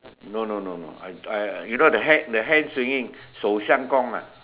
no no no no I I you know the hand the hand swinging shou-shang-gong ah